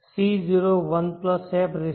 તેથી આપણે તેને S01i n C01f n